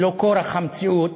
ולא מכורח המציאות,